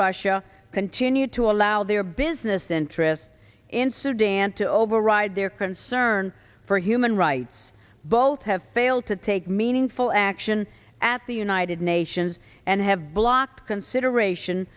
russia continue to allow their business interests in sudan to override their concern for human rights both have failed to take meaningful action at the united nations and have blocked consideration